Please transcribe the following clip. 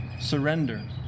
Surrender